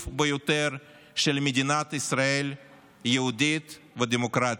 ביותר של מדינת ישראל יהודית ודמוקרטית,